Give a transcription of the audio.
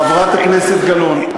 חברת הכנסת גלאון,